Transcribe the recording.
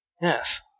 Yes